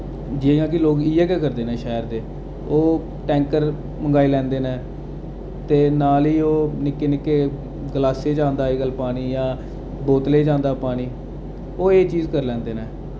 जि'यां कि लोक इयै गै करदे शैह्र दे ओह् टैंकर मंगाई लैंदे न ते नाल ई ओह् निक्के निक्के ग्लासें च औंदा अजकल पानी जां बोतलें च औंदा पानी ओह् एह् चीज करी लैंदे न